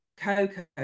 cocoa